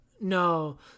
no